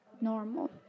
normal